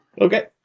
Okay